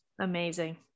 Amazing